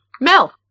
Mel